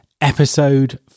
Episode